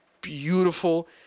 beautiful